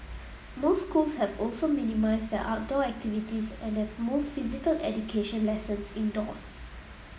most schools have also minimised their outdoor activities and have moved physical education lessons indoors